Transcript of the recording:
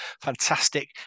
fantastic